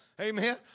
Amen